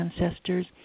ancestors